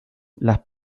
las